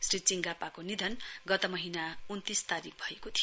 श्री चिङगापाको निधन गत महीना उन्तिस तारीक भएको थियो